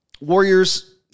Warriors